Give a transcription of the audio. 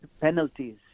penalties